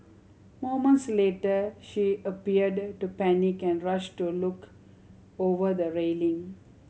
moments later she appeared to panic and rushed to look over the railing